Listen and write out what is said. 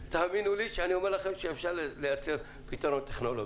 שאפשר לייצר פתרון טכנולוגי.